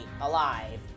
alive